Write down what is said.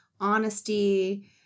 honesty